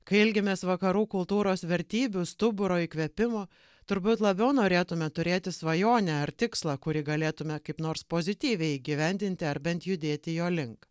kai ilgimės vakarų kultūros vertybių stuburo įkvėpimo turbūt labiau norėtume turėti svajonę ar tikslą kurį galėtume kaip nors pozityviai įgyvendinti ar bent judėti jo link